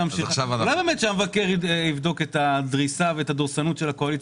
שצריך לבדוק דברים